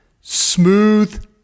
smooth